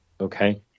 okay